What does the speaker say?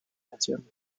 nación